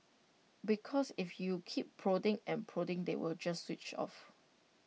because if you keep prodding and prodding they will just switch off